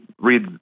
read